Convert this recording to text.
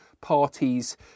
parties